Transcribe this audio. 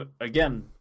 Again